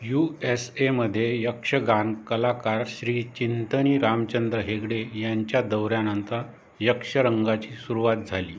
you S एमध्ये यक्षगान कलाकार श्री चिंतनी रामचंद्र हेगडे यांच्या दौऱ्यानंतर यक्षरंगाची सुरुवात झाली